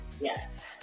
yes